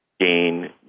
Gain